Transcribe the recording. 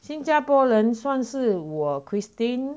新加坡人算是我 christine